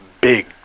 big